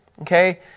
Okay